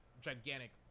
gigantic